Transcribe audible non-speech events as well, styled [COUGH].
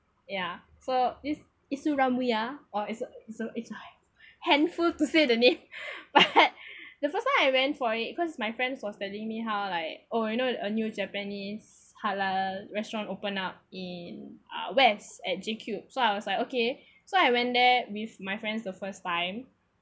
ya so this isuramuya or is a is a handful to say the name [LAUGHS] but the first time I went for it cause my friend was telling me how like oh you know a new japanese halal restaurant open up in uh west at J cube so I was like okay so I went there with my friends the first time